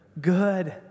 Good